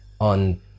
on